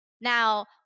Now